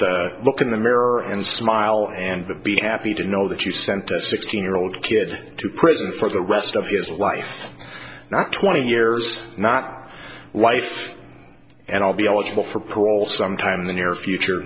that look in the mirror and smile and be happy to know that you sent this sixteen year old kid to prison for the rest of his life not twenty years not life and i'll be eligible for parole sometime in the near future